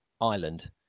ireland